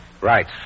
Right